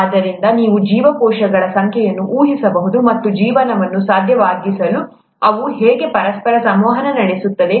ಆದ್ದರಿಂದ ನೀವು ಜೀವಕೋಶಗಳ ಸಂಖ್ಯೆಯನ್ನು ಊಹಿಸಬಹುದು ಮತ್ತು ಜೀವನವನ್ನು ಸಾಧ್ಯವಾಗಿಸಲು ಅವು ಹೇಗೆ ಪರಸ್ಪರ ಸಂವಹನ ನಡೆಸುತ್ತವೆ